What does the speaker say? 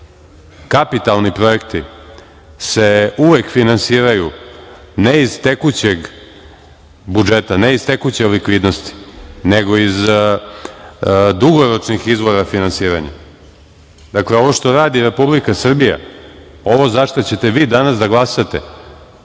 kapitalni projekti se uvek finansiraju, ne iz tekućeg budžeta, ne iz tekuće likvidnosti, nego iz dugoročnih izvora finansiranja. Dakle, ovo što radi Republika Srbija, ovo za šta ćete vi danas da glasate,